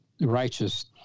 righteous